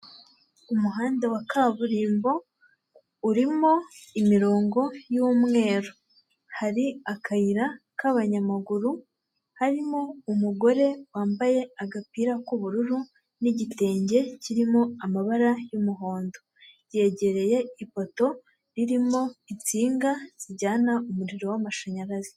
Umuhanda wa kaburimbo, urimo imirongo y'umweru, hari akayira k'abanyamaguru, harimo umugore wambaye agapira k'ubururu n'igitenge kirimo amabara y'umuhondo, yegereye ipoto ririmo insinga zijyana umuriro w'amashanyarazi.